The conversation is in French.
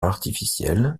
artificiel